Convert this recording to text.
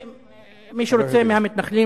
מהמתנחלים,